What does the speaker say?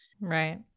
Right